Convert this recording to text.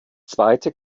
zweite